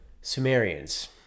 Sumerians